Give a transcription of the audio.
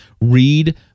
read